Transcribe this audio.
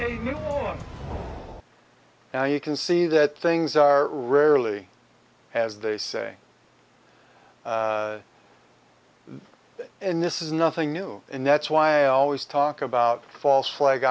yes now you can see that things are rarely as they say and this is nothing new and that's why i always talk about false flag